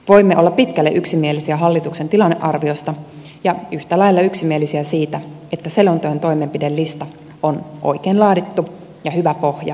voimme olla pitkälle yksimielisiä hallituksen tilannearviosta ja yhtä lailla yksimielisiä siitä että selonteon toimenpidelista on oikein laadittu ja hyvä pohja ilmastopolitiikalle